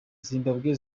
zimbabwe